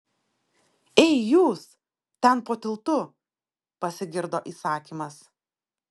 ei jūs ten po tiltu pasigirdo įsakymas